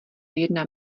jedna